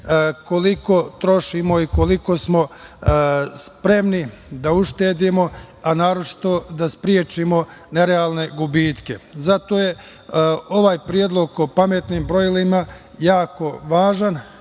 koliko trošimo i koliko smo spremni da uštedimo, a naročito da sprečimo nerealne gubitke. Zato je ovaj predlog o pametnim brojilima jako važan